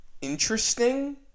interesting